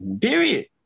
period